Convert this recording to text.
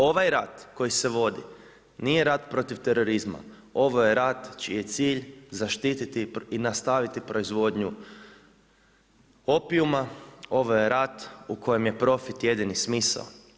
Ovaj rat koji se vodi nije rat protiv terorizma, ovo je rat čiji je cilj zaštititi i nastaviti proizvodnju opijuma, ovo je rat u kojem je profit jedini smisao.